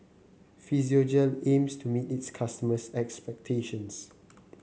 physiogel aims to meet its customers' expectations